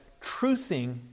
truthing